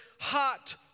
hot